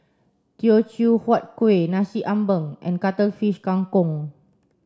Teochew Huat Kueh Nasi Ambeng and Cuttlefish Kang Kong